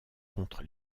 contre